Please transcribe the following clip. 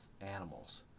animals